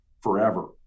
forever